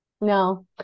No